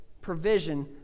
provision